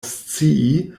scii